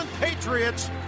Patriots